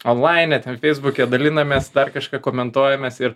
onlaine ten feisbuke dalinamės dar kažką komentuojamės ir